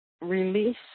Release